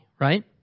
right